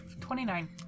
Twenty-nine